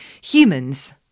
humans